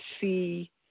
see